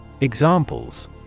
Examples